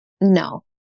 No